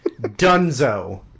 Dunzo